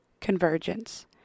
Convergence